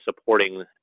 supporting